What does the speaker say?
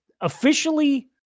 officially